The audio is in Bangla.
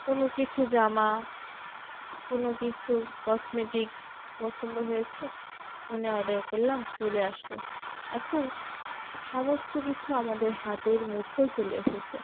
কোনো কিছু জামা কোনো কিছু কসমেটিক্স পছন্দ হয়েছে ফোনে অর্ডার করলাম চলে আসলো এখন সমস্ত কিছু আমাদের হাতের মুঠোয় চলে এসেছে